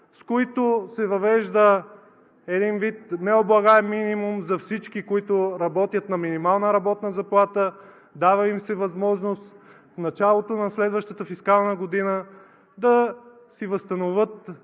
с които се въвежда един вид необлагаем минимум за всички, които работят на минимална работна заплата, дава им се възможност в началото на следваща фискална година да си възстановят